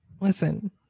listen